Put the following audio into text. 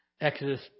Exodus